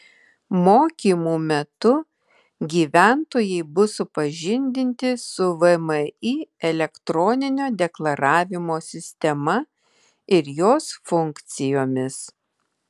mokymų metu gyventojai bus supažindinti su vmi elektroninio deklaravimo sistema ir jos funkcijomis